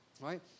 Right